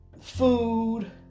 food